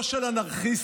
לא של אנרכיסטים.